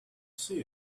see